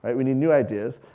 we need new ideas.